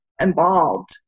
involved